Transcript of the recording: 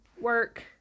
work